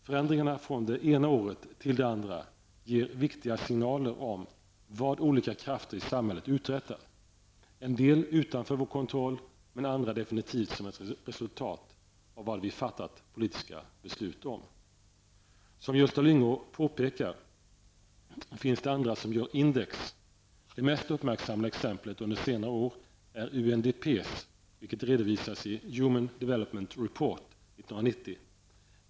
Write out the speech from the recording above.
Förändringarna från det ena året till det andra ger viktiga signaler om vad olika krafter i samhället uträttat -- en del utanför vår kontroll, men andra definitivt som ett resultat av vad vi fattat politiska beslut om. Som Gösta Lyngå påpekar finns det andra som gör index. Det mest uppmärksammade exemplet under senare år är UNDPs (United Nations Development Development Report 1990.